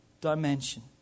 dimension